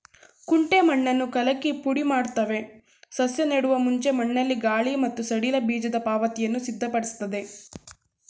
ಕುಂಟೆ ಮಣ್ಣನ್ನು ಕಲಕಿ ಪುಡಿಮಾಡ್ತವೆ ಸಸ್ಯ ನೆಡುವ ಮುಂಚೆ ಮಣ್ಣಲ್ಲಿ ಗಾಳಿ ಮತ್ತು ಸಡಿಲ ಬೀಜದ ಪಾತಿಯನ್ನು ಸಿದ್ಧಪಡಿಸ್ತದೆ